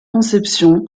conception